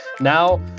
Now